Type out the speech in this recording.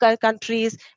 countries